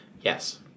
Yes